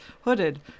hooded